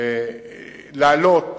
לעלות,